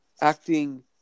acting